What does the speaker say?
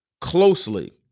closely